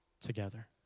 together